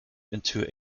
into